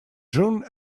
june